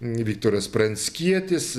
viktoras pranckietis